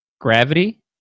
gravity